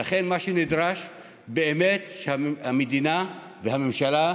ולכן, מה שנדרש באמת הוא שהמדינה, שהממשלה,